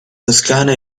toscana